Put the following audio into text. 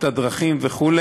את הדרכים וכו',